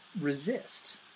resist